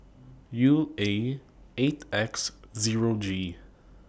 U A eight X Zero G